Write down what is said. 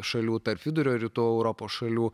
šalių tarp vidurio ir rytų europos šalių